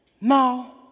Now